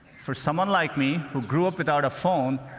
for someone like me, who grew up without a phone,